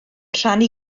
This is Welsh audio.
rhannu